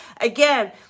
Again